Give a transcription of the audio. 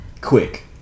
Quick